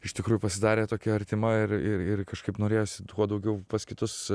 iš tikrųjų pasidarė tokia artima ir ir ir kažkaip norėjosi kuo daugiau pas kitus